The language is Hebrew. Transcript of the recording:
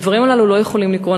הדברים הללו לא יכולים לקרות.